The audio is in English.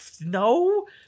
No